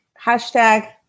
Hashtag